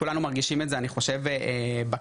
כולנו מרגישים את זה אני חושב, בכיס.